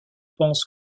pense